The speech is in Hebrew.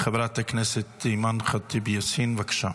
חברת הכנסת אימאן ח'טיב יאסין, בבקשה.